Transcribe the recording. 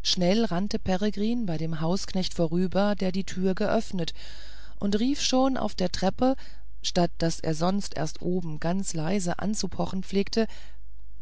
schnell rannte peregrin bei dem hausknecht vorüber der die türe geöffnet und rief schon auf der treppe statt daß er sonst erst oben ganz leise anzupochen pflegte